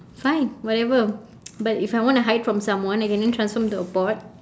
fine whatever but if I want hide from someone I can then transform into a pot